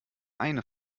eine